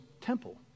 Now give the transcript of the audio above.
temple